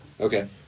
Okay